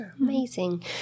Amazing